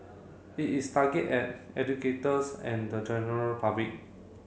it is target at educators and the general public